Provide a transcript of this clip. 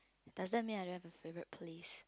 doesn't mean I don't have a favourite place